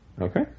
Okay